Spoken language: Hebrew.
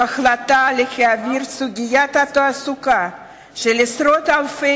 שההחלטה להעביר את סוגיית התעסוקה של עשרות אלפי